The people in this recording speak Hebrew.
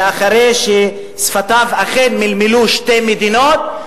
ואחרי ששפתיו אכן מלמלו: שתי מדינות,